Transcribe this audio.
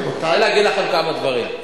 בסדר, מותר לי להגיד לכם כמה דברים.